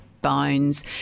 bones